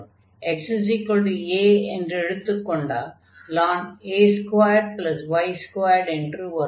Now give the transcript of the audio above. xa என்று எடுத்துக் கொண்டால் ln a2y2 என்று வரும்